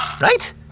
Right